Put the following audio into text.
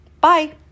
bye